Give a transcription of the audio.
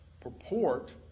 purport